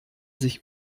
sich